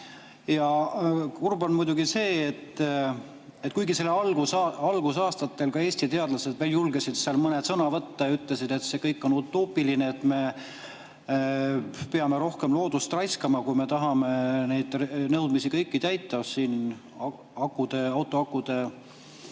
Kurb on muidugi see, et kuigi selle algusaastatel ka Eesti teadlastest veel mõni julges sõna võtta ja nad ütlesid, et see kõik on utoopiline, sest me peame rohkem loodust raiskama, kui me tahame kõiki neid nõudmisi täita – autoakude